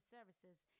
Services